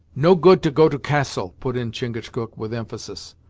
no good to go to castle, put in chingachgook with emphasis,